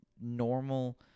normal